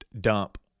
dump